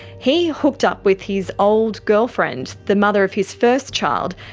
he hooked up with his old girlfriend, the mother of his first child,